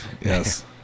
yes